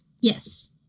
Yes